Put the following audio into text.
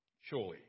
Surely